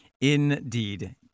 Indeed